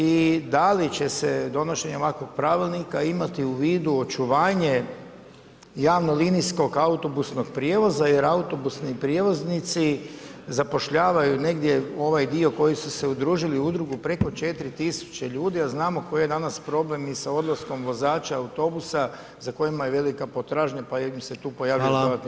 I da li će se donošenje ovakvog pravilnika imati u vidu očuvanje javno linijskog autobusnog prijevoza, jer autobusni prijevoznici, zapošljavaju negdje ovaj dio, koji su se udružili u udrugu, preko 4 tisuće ljudi, a znamo koji je danas problem i sa odlukom vozača autobusa, za kojima je velika potražnja, pa im se tu pojavljuje dodatni